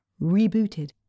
rebooted